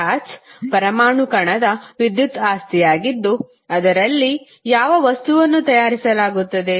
charge ಪರಮಾಣು ಕಣದ ವಿದ್ಯುತ್ ಆಸ್ತಿಯಾಗಿದ್ದು ಅದರಲ್ಲಿ ಯಾವ ವಸ್ತುವನ್ನು ತಯಾರಿಸಲಾಗುತ್ತದೆ